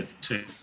two